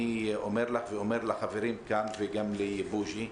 אני אומר לך ואומר לחברים כאן, וגם לבוז'י,